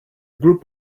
group